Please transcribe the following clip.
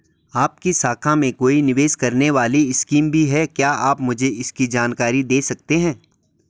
आपकी शाखा में कोई निवेश करने वाली स्कीम भी है क्या आप मुझे इसकी जानकारी दें सकते हैं?